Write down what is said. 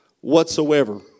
whatsoever